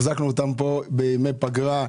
החזקנו אותם פה בימי פגרה,